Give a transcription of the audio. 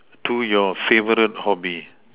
to your favourite hobby